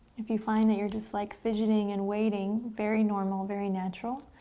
if you find that you're just like fidgeting and waiting, very normal, very natural,